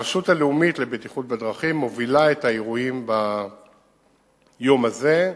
הרשות הלאומית לבטיחות בדרכים מובילה את האירועים ביום הזה.